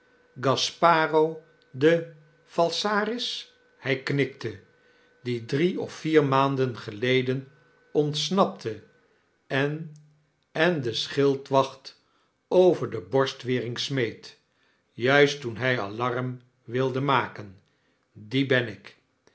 gasparo de falsaris htj knikte die drie of vier maanden geleden ontsnapte en en de schildwacht over de borstwering smeet juist toen hij alarm wilde maken die ben ik